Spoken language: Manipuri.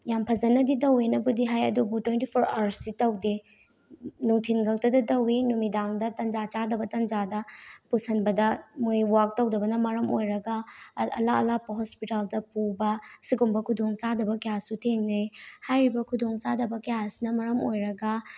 ꯌꯥꯝ ꯐꯖꯅꯗꯤ ꯇꯧꯏꯅꯕꯨꯗꯤ ꯍꯥꯏ ꯑꯗꯨꯕꯨ ꯇ꯭ꯋꯦꯟꯇꯤ ꯐꯣꯔ ꯑꯥꯋꯔꯁꯇꯤ ꯇꯧꯗꯦ ꯅꯨꯡꯊꯤꯟ ꯈꯛꯇꯗ ꯇꯧꯏ ꯅꯨꯃꯤꯗꯥꯡꯗ ꯇꯟꯖꯥ ꯆꯥꯗꯕ ꯇꯟꯖꯥꯗ ꯄꯨꯁꯟꯕꯗ ꯃꯣꯏ ꯋꯥꯔꯛ ꯇꯧꯗꯕꯅ ꯃꯔꯝ ꯑꯣꯏꯔꯒ ꯑꯔꯥꯞ ꯑꯔꯥꯞꯄ ꯍꯣꯁꯄꯤꯇꯥꯜꯗ ꯄꯨꯕ ꯁꯤꯒꯨꯝꯕ ꯈꯨꯗꯣꯡꯆꯥꯗꯕ ꯀꯌꯥꯁꯨ ꯊꯦꯡꯅꯩ ꯍꯥꯏꯔꯤꯕ ꯈꯨꯗꯣꯡꯆꯥꯗꯕ ꯀꯌꯥꯁꯤꯅ ꯃꯔꯝ ꯑꯣꯏꯔꯒ